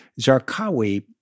Zarqawi